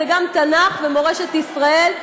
היא גם תנ"ך ומורשת ישראל.